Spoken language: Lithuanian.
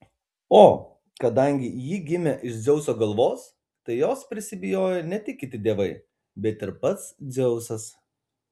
o kadangi ji gimė iš dzeuso galvos tai jos prisibijojo ne tik kiti dievai bet ir pats dzeusas